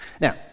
Now